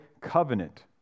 covenant